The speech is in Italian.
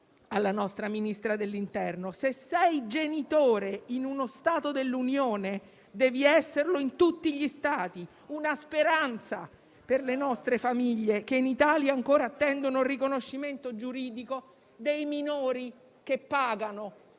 alla nostra Ministra dell'interno: se sei genitore in uno Stato dell'Unione, devi esserlo in tutti gli Stati. È una speranza per le nostre famiglie, che in Italia ancora attendono il riconoscimento giuridico dei minori che pagano